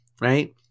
right